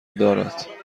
دارد